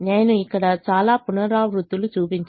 నేను ఇక్కడ చాలా పునరావృత్తులు చూపించాను